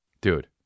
Dude